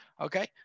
okay